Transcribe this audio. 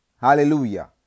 Hallelujah